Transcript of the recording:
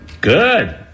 Good